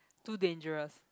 too dangerous